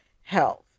health